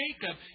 Jacob